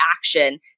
action